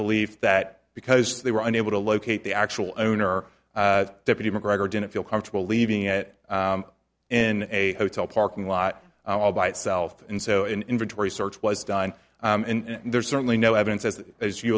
believe that because they were unable to locate the actual owner deputy mcgregor didn't feel comfortable leaving it in a hotel parking lot all by itself and so an inventory search was done and there's certainly no evidence as as you